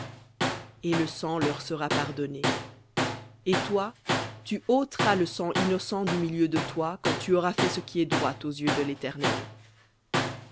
et le sang leur sera pardonné et toi tu ôteras le sang innocent du milieu de toi quand tu auras fait ce qui est droit aux yeux de l'éternel